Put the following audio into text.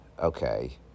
Okay